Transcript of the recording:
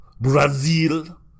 Brazil